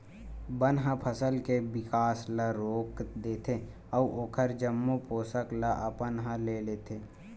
बन ह फसल के बिकास ल रोक देथे अउ ओखर जम्मो पोसक ल अपन ह ले लेथे